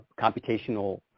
computational